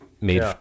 made